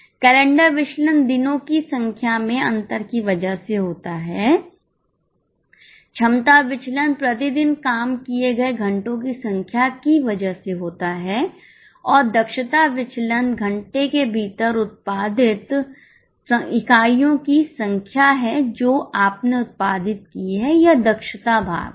calendar विचलन दिनों की संख्या में अंतर की वजह से होता है क्षमता विचलन प्रति दिन काम किए गए घंटों की संख्या की वजह से होता है और दक्षता विचलन घंटे के भीतर उत्पादित इकाइयों की संख्या है जो आपने उत्पादित की है यह दक्षता भाग है